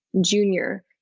junior